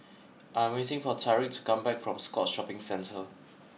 I am waiting for Tyrique to come back from Scotts Shopping Centre